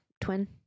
twin